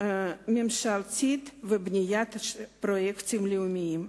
ממשלתית ובניית פרויקטים לאומיים,